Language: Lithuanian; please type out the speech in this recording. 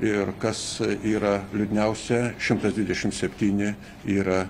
ir kas yra liūdniausia šimtas dvidešimt septyni yra